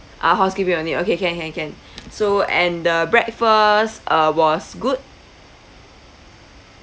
ah housekeeping only okay can can can so and the breakfast uh was good